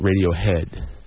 Radiohead